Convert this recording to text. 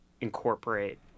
incorporate